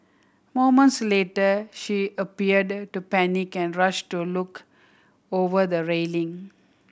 moments later she appeared to panic and rushed to look over the railing